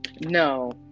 No